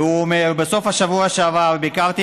והוא אומר: בסוף השבוע שעבר ביקרתי